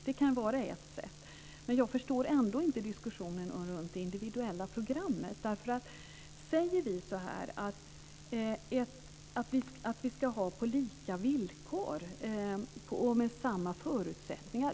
Det kan vara ett sätt. Men jag förstår ändå inte diskussionen runt det individuella programmet. Vi säger att det ska vara på lika villkor och med samma förutsättningar.